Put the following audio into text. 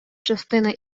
частина